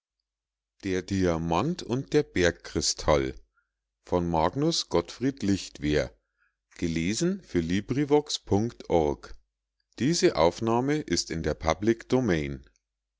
magnus gottfried lichtwer